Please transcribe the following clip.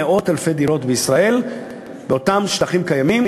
מאות אלפי דירות בישראל באותם שטחים קיימים,